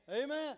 Amen